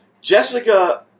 Jessica